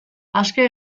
aske